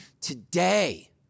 today